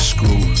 Screw